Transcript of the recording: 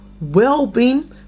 well-being